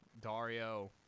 Dario